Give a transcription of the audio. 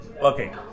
Okay